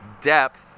depth